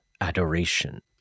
adoration